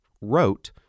wrote